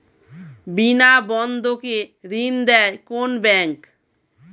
বিনা বন্ধকে ঋণ দেয় কোন ব্যাংক?